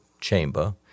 chamber